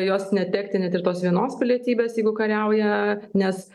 jos netekti net ir tos vienos pilietybės jeigu kariauja nes